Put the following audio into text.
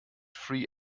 free